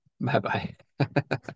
Bye-bye